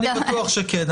אני בטוח שכן.